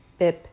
bip